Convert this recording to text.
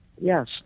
Yes